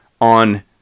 on